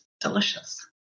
delicious